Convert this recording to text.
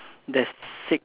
there's six